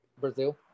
Brazil